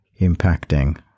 impacting